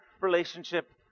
relationship